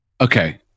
Okay